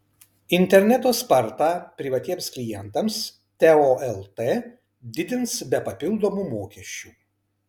interneto spartą privatiems klientams teo lt didins be papildomų mokesčių